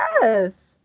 Yes